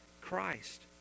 Christ